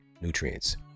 nutrients